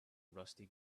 rusty